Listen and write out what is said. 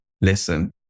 listen